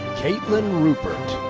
katelin rupert.